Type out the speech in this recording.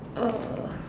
uh